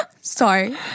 Sorry